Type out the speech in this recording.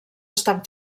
estan